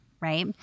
Right